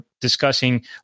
discussing